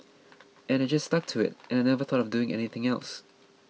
and I just stuck to it and I never thought of doing anything else